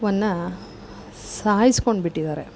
ವನ್ನು ಸಾಯ್ಸ್ಕೊಂಡು ಬಿಟ್ಟಿದ್ದಾರೆ